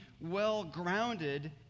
well-grounded